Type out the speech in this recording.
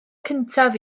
cyntaf